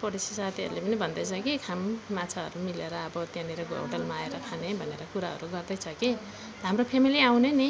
पडोसी साथीहरूले पनि भन्दैछ कि खाऔँ माछाहरू मिलेर अब त्यहाँनिरको होटेलमा आएर खाने भनेर कुराहरू गर्दैछ कि हाम्रो फेमिली आउने नि